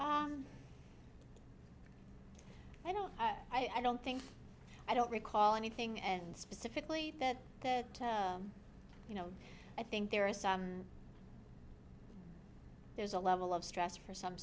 n i don't i don't think i don't recall anything and specifically that that you know i think there are some there's a level of stress for some